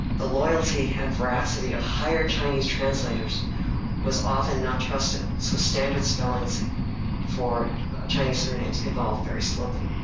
the loyalty and veracity of hired chinese translators was often not trusted so standard spellings for chinese surnames evolved very slowly.